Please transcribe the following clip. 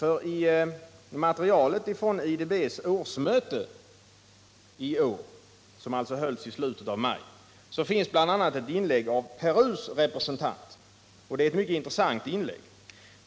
I materialet från IDB:s årsmöte i år, som hölls i slutet av maj, finns nämligen bl.a. ett inlägg av Perus representant, och det är ett mycket intressant inlägg.